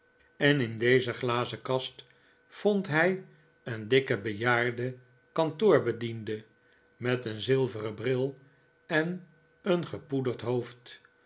en in deze glazenkast vond hij een dikken bejaarden kantoorbediende met een zilveren bril en een gepoederd hoofd